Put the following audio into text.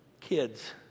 kids